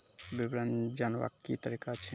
विवरण जानवाक की तरीका अछि?